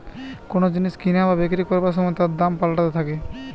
কোন জিনিস কিনা বা বিক্রি করবার সময় তার দাম পাল্টাতে থাকে